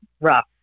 rough